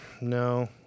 No